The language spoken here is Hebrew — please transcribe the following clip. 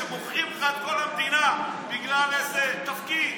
שמוכרים לך את כל המדינה בגלל איזה תפקיד,